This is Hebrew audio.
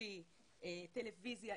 לפי טלוויזיה,